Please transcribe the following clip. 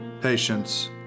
patience